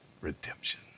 redemption